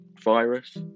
virus